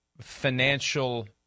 financial